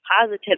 positive